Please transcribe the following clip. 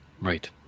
right